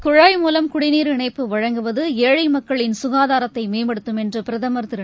குழாய் மூலம் குடிநீர் இணைப்பு வழங்குவது ஏழை மக்களின் சுகாதாரத்தை மேம்படுத்தும் என்று பிரதமர் திரு